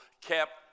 kept